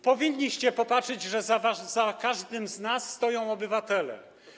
Powinniście popatrzeć, bo za każdym z nas stoją obywatele.